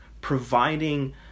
providing